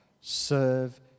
serve